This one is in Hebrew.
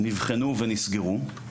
ונבחנו ונסגרו.